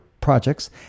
projects